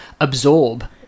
absorb